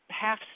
half